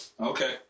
Okay